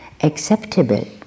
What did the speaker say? acceptable